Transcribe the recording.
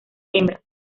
hembras